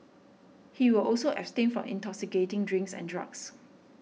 he will also abstain from intoxicating drinks and drugs